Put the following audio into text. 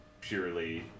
purely